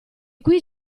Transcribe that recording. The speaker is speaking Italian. qui